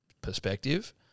perspective